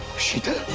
sheetal,